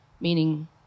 meaning